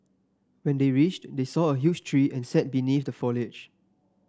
when they reached they saw a huge tree and sat beneath the foliage